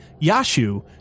Yashu